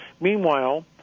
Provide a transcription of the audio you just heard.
Meanwhile